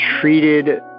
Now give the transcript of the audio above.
treated